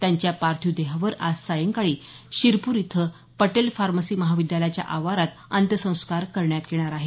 त्यांच्या पार्थिव देहावर आज सायंकाळी शिरपूर इथं पटेल फार्मसी महाविद्यालयाच्या आवारात अंत्यसंस्कार करण्यात येणार आहेत